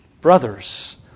Brothers